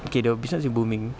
okay the business is booming